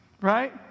right